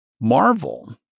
marvel